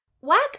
Whack